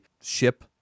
ship